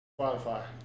Spotify